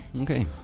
Okay